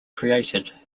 created